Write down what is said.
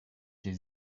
les